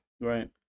Right